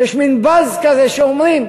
יש מין באזז כזה שאומרים: